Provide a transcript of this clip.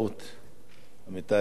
עמיתי חברי הכנסת,